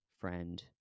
friend